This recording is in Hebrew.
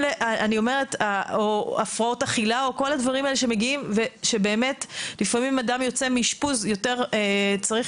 או הפרעות אכילה שלפעמים אדם יוצא מאשפוז כשהוא צריך